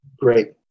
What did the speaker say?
Great